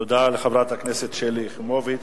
תודה לחברת הכנסת שלי יחימוביץ.